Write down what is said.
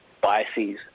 biases